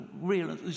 real